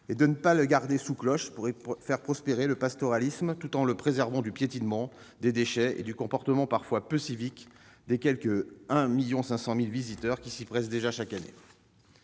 et de ne pas le garder sous cloche, pour y faire prospérer le pastoralisme tout en le préservant du piétinement, des déchets et du comportement parfois peu civique des quelque 1,5 million de visiteurs qui s'y pressent déjà chaque année.